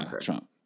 Trump